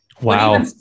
Wow